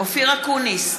אופיר אקוניס,